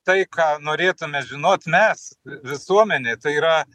tai ką norėtume žinot mes visuomenė tai yra